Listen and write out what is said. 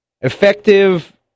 Effective